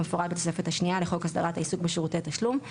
כמפורט בתוספת השנייה לחוק הסדרת העיסוק בשירותי תשלום;";